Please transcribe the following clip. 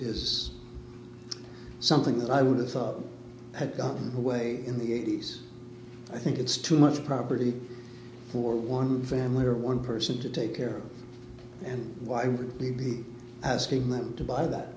is something that i would have thought had gotten away in the eighty's i think it's too much property for one family or one person to take care of and why would he be asking them to buy that